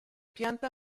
pianta